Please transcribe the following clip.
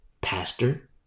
Pastor